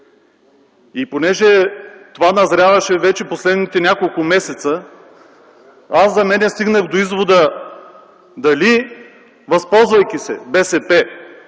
Понеже това назряваше последните няколко месеца, аз стигнах до извода: дали възползвайки се БСП,